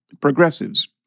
progressives